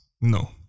no